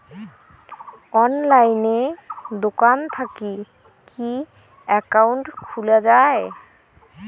অনলাইনে দোকান থাকি কি একাউন্ট খুলা যায়?